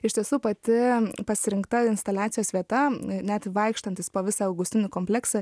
iš tiesų pati pasirinkta instaliacijos vieta net vaikštantis po visą augustinų kompleksą